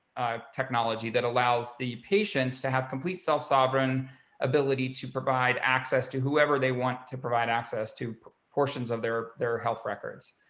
technology that allows the patients to have complete self sovereign ability to provide access to whoever they want to provide access to portions of their, their health records.